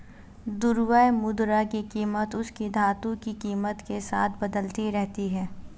द्रव्य मुद्रा की कीमत उसकी धातु की कीमत के साथ बदलती रहती है